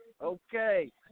Okay